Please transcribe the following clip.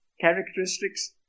Characteristics